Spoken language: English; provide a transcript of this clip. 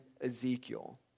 Ezekiel